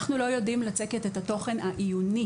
אנחנו לא יודעים לצקת את התוכן העיוני